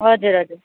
हजुर हजुर